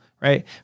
right